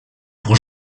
pour